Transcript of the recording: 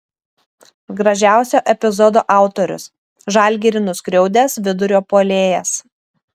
gražiausio epizodo autorius žalgirį nuskriaudęs vidurio puolėjas